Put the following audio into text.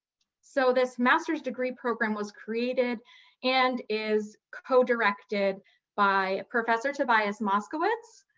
so this master's degree program was created and is co-directed by professor tobias moskowitz,